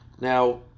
now